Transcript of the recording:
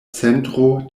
centro